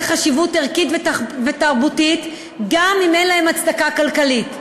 חשיבות ערכית ותרבותית גם אם אין לכך הצדקה כלכלית.